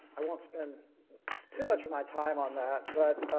i won't spend too much of my time on that. but,